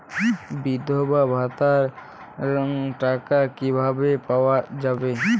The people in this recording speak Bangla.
বিধবা ভাতার টাকা কিভাবে পাওয়া যাবে?